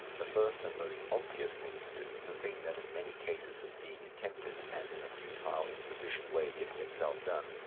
the first and most obvious thing to do, the thing that in many cases is being attempted and in a futile, insufficient way getting itself done,